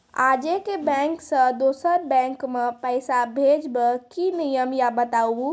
आजे के बैंक से दोसर बैंक मे पैसा भेज ब की नियम या बताबू?